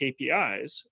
KPIs